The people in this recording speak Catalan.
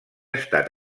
estat